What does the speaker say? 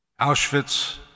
Auschwitz